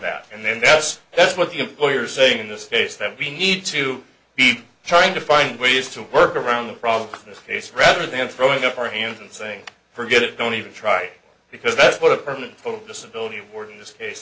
that and then i guess that's what the employer saying in this case then we need to be trying to find ways to work around the problem in this case rather than throwing up our hands and saying forget it don't even try because that's what a permanent disability work in this case